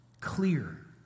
clear